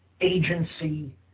agency